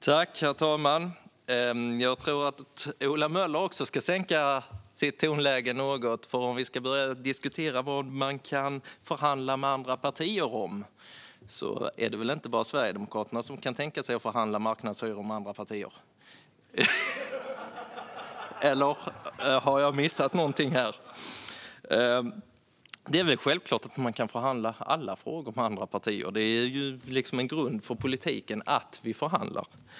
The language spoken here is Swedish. Herr talman! Jag tror att också Ola Möller ska sänka sitt tonläge något. Vi kan börja diskutera vad man kan förhandla med andra partier om, och då är det inte bara Sverigedemokraterna som kan tänka sig att förhandla om marknadshyror med andra partier. Eller har jag missat något här? Det är självklart att man kan förhandla om alla frågor med andra partier - grunden för politiken är ju att vi förhandlar.